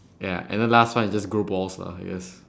ya and the last one is just grow balls lah I guess